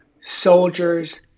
soldiers